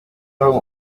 aho